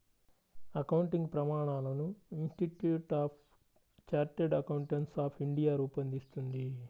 accounting ప్రమాణాలను institute of chartered accountants of India రూపొందిస్తుంది